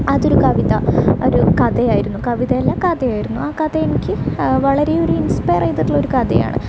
അത് ഒരു കവിത ഒരു കഥയായിരുന്നു കവിതയല്ല കഥയായിരുന്നു ആ കഥയെനിക്ക് വളരെയേറെ ഇൻസ്പയർ ചെയ്തിട്ടുള്ളൊരു കഥയാണ്